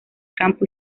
campo